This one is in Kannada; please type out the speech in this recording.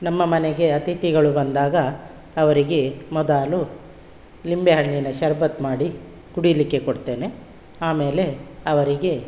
ನಮ್ಮ ಮನೆಗೆ ಅಥಿತಿಗಳು ಬಂದಾಗ ಅವರಿಗೆ ಮೊದಲು ನಿಂಬೆಹಣ್ಣಿನ ಶರಬತ್ ಮಾಡಿ ಕುಡೀಲಿಕ್ಕೆ ಕೊಡ್ತೇನೆ ಆಮೇಲೆ ಅವರಿಗೆ